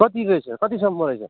कति रहेछ कतिसम्म रहेछ